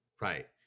Right